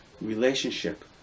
relationship